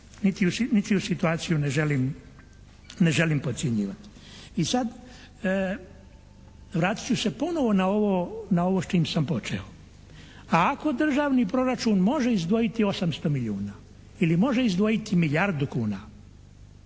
ničiju situaciju ne želim, ne želim potcjenjivati. I sad vratit ću se ponovo na ovo s čim sam počeo. Ako Državni proračun može izdvojiti 800 milijuna ili može izdvojiti milijardu kuna